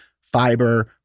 fiber